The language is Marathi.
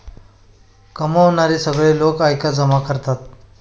कमावणारे सगळे लोक आयकर जमा करतात